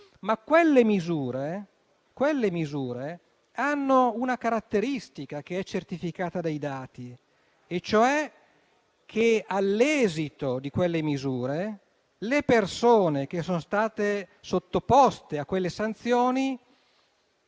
Quelle misure, però, hanno una caratteristica, che è certificata dai dati: all'esito di quelle misure, le persone che sono state sottoposte a quelle sanzioni